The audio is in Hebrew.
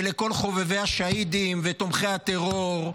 ולכל חובבי השהידים ותומכי הטרור,